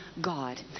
God